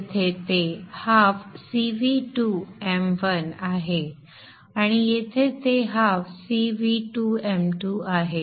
येथे ते ½ CV2m1 आहे आणि येथे ते ½CV2m2 आहे